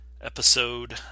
episode